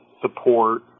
support